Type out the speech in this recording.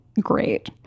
great